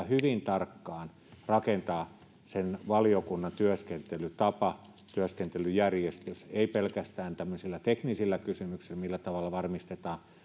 hyvin tarkkaan rakentaa sen valiokunnan työskentelytapa työskentelyjärjestys ei pelkästään tämmöisillä teknisillä kysymyksillä millä tavalla varmistetaan